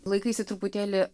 laikaisi truputėlį